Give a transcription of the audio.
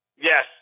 Yes